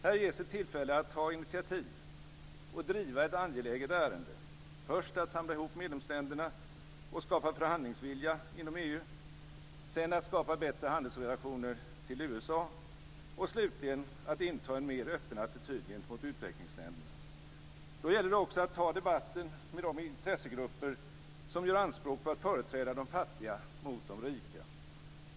Här ges ett tillfälle att ta initiativ och driva ett angeläget ärende - först att samla ihop medlemsländerna och skapa förhandlingsvilja inom EU, sedan att skapa bättre handelsrelationer till USA och slutligen att inta en mer öppen attityd gentemot utvecklingsländerna. Då gäller det också att ta debatten med de intressegrupper som gör anspråk på att företräda de fattiga gentemot de rika.